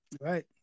right